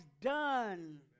done